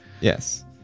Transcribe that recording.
Yes